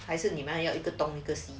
还是你有一个东西